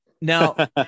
Now